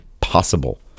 possible